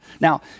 Now